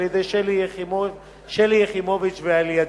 של שלי יחימוביץ ושלי.